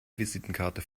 visitenkarte